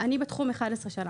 אני בתחום 11 שנים.